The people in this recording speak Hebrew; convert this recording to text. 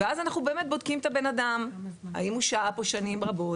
ואז אנחנו באמת בודקים את הבן-אדם האם הוא שהה פה שנים רבות.